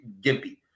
gimpy